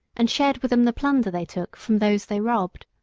and shared with them the plunder they took from those they robbed.